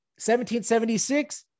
1776